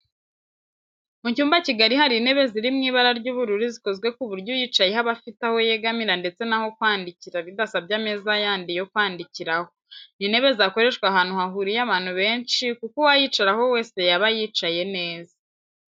Mu cyumba kigari hari intebe ziri mu ibara ry'ubururu zikozwe ku buryo uyicayeho aba afite aho yegamira ndetse n'aho kwandikira bidasabye ameza yandi yo kwandikiraho. Ni intebe zakoreshwa ahantu hahuriye abantu benshi kuko uwayicaraho wese yaba yicaye neza